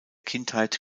kindheit